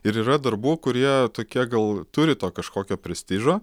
ir yra darbų kurie tokie gal turi to kažkokio prestižo